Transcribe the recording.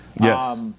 Yes